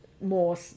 more